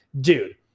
Dude